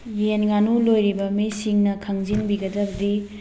ꯌꯦꯟ ꯉꯥꯅꯨ ꯂꯣꯏꯔꯤꯕ ꯃꯤꯁꯤꯡꯅ ꯈꯪꯖꯤꯟꯕꯤꯒꯗꯕꯗꯤ